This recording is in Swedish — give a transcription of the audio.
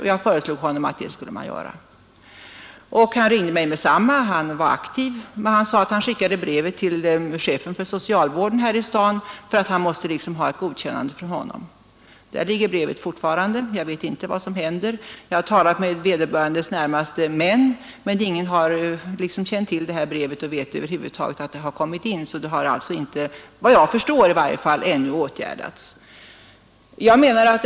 Han ringde mig med detsamma och föreföll intresserad, men han sade att han skulle skicka brevet till chefen för socialvården här i staden, eftersom han måste ha ett godkännande från honom. Där ligger brevet fortfarande. Jag vet inte vad som händer. Jag har talat med vederbörandes närmaste män, men ingen har känt till brevet, ingen vet över huvud taget att det har kommit in. Efter vad jag förstår har alltså inga åtgärder vidtagits ännu.